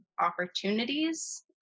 opportunities